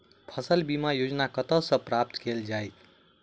फसल बीमा योजना कतह सऽ प्राप्त कैल जाए?